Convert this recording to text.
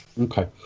Okay